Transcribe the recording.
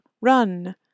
Run